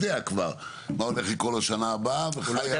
יודע כבר מה הולך לקרות לו בשנה הבאה ובאיזה